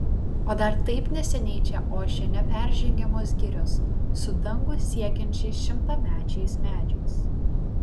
o dar taip neseniai čia ošė neperžengiamos girios su dangų siekiančiais šimtamečiais medžiais